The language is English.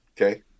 Okay